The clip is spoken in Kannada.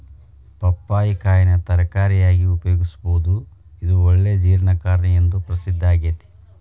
ಪಪ್ಪಾಯಿ ಕಾಯಿನ ತರಕಾರಿಯಾಗಿ ಉಪಯೋಗಿಸಬೋದು, ಇದು ಒಳ್ಳೆ ಜೇರ್ಣಕಾರಿ ಎಂದು ಪ್ರಸಿದ್ದಾಗೇತಿ